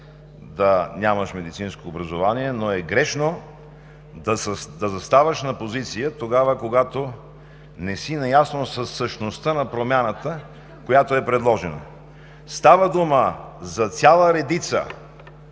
да нямаш медицинско образование, но е грешно да заставаш на позиция тогава, когато не си наясно със същността на промяната, която е предложена. Става дума за цяла редица